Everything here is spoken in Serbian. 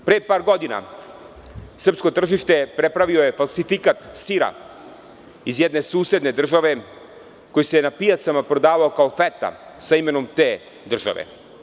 Pre par godina, srpsko tržište preplavio je falsifikat sira iz jedne susedne države koji se na pijacama prodavao kao feta sa imenom te države.